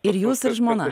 ir jūs ir žmona